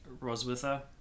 Roswitha